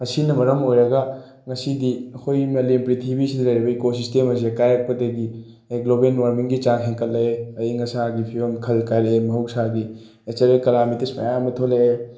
ꯃꯁꯤꯅ ꯃꯔꯝ ꯑꯣꯏꯔꯒ ꯉꯁꯤꯗꯤ ꯑꯩꯈꯣꯏꯒꯤ ꯃꯥꯂꯦꯝ ꯄ꯭ꯔꯤꯊꯤꯕꯤꯁꯤꯗ ꯂꯩꯔꯤꯕ ꯏꯀꯣꯁꯤꯁꯇꯦꯝ ꯑꯁꯤ ꯀꯥꯏꯔꯛꯄꯗꯒꯤ ꯒ꯭ꯂꯣꯕꯦꯜ ꯋꯥꯔꯃꯤꯡꯒꯤ ꯆꯥꯡ ꯍꯦꯟꯒꯠꯂꯛꯑꯦ ꯑꯏꯪ ꯑꯁꯥꯒꯤ ꯐꯤꯚꯝ ꯈꯜ ꯀꯥꯏꯔꯛꯑꯦ ꯃꯍꯧꯁꯥꯒꯤ ꯅꯦꯆꯔꯦꯜ ꯀꯦꯂꯥꯃꯤꯇꯤꯁ ꯃꯌꯥꯝ ꯑꯃ ꯊꯣꯛꯂꯛꯑꯦ